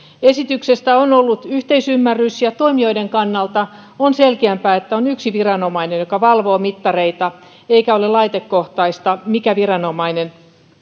esityksestä on ollut yhteisymmärrys ja toimijoiden kannalta on selkeämpää että on yksi viranomainen joka valvoo mittareita eikä ole laitekohtaista mikä viranomainen